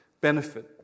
benefit